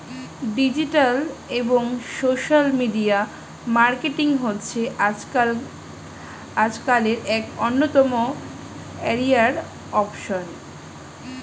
digital এবং social media marketing হচ্ছে আজকালের এক অন্যতম ক্যারিয়ার অপসন